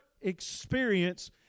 experience